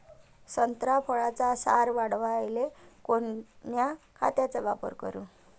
संत्रा फळाचा सार वाढवायले कोन्या खताचा वापर करू?